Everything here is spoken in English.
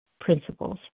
principles